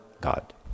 God